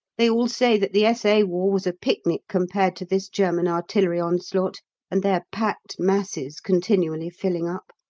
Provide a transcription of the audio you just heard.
they all say that the s a. war was a picnic compared to this german artillery onslaught and their packed masses continually filling up.